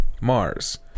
Mars